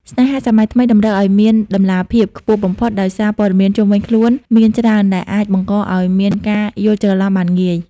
ស្នេហាសម័យថ្មីតម្រូវឱ្យមាន «តម្លាភាព» ខ្ពស់បំផុត ដោយសារព័ត៌មានជុំវិញខ្លួនមានច្រើន ដែលអាចបង្កឱ្យមានការយល់ច្រឡំបានងាយ។